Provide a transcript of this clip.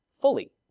fully